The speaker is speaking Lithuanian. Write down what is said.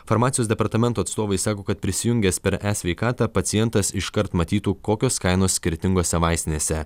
farmacijos departamento atstovai sako kad prisijungęs per e sveikatą pacientas iškart matytų kokios kainos skirtingose vaistinėse